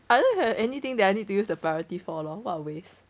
I dont have anything that I need to use the priority for lor what a waste